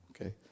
Okay